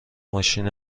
ماشین